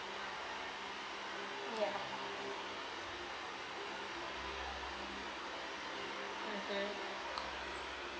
ya mmhmm